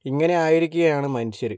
ഇങ്ങനെ ആയിരിക്കുകയാണ് മനുഷ്യർ